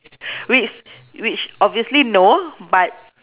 which which obviously no but